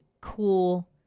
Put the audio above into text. cool